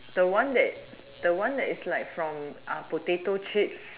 the one that the one that from potato chips